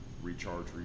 recharge